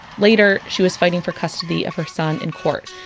later, she was fighting for custody of her son in court,